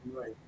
Right